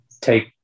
take